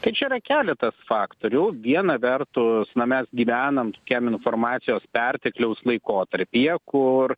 tai čia yra keletas faktorių viena vertus na mes gyvename tokiam informacijos pertekliaus laikotarpyje kur